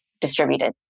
distributed